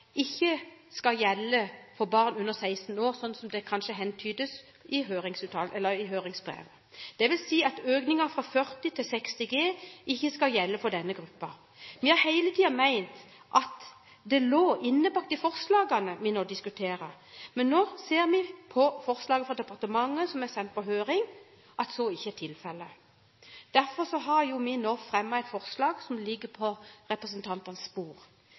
ikke skal gjelde for barn under 16 år, sånn som det kanskje antydes i høringsbrevet. Det vil si at økningen fra 40 til 60 G ikke skal gjelde for denne gruppen. Vi har hele tiden ment at det lå innbakt i forslagene vi nå diskuterer, men nå ser vi på forslaget fra departementet, som er sendt på høring, at så ikke er tilfellet. Derfor har vi nå fremmet et forslag som ligger på representantenes